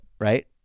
right